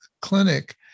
Clinic